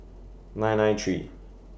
nine nine three